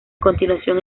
continuación